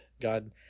God